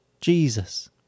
Jesus